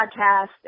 podcast